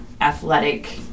athletic